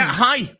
hi